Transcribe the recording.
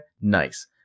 Nice